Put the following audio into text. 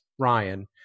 Ryan